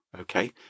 Okay